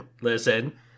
listen